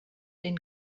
den